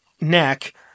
neck